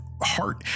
Heart